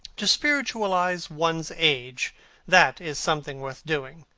to spiritualize one's age that is something worth doing.